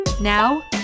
Now